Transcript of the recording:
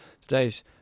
today's